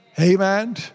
Amen